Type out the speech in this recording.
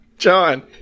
John